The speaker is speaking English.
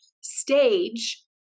stage